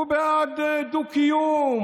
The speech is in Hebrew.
הוא בעד דו-קיום.